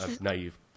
naive